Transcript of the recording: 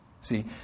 See